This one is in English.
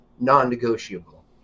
non-negotiable